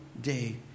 day